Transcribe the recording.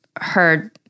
heard